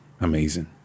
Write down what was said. amazing